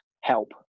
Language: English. help